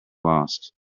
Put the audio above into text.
lost